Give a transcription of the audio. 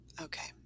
Okay